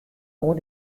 oer